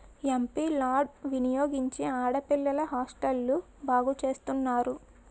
MP lads వినియోగించి ఆడపిల్లల హాస్టల్ను బాగు చేస్తున్నారు